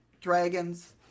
dragons